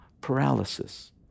paralysis